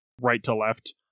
right-to-left